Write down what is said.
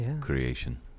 creation